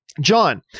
John